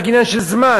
זה רק עניין של זמן.